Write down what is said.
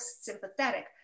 sympathetic